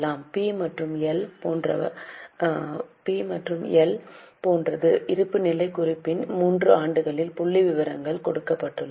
இப்போது பி மற்றும் போன்றது இருப்புநிலைக் குறிப்பின் 3 ஆண்டுகள் புள்ளிவிவரங்கள் கொடுக்கப்பட்டுள்ளன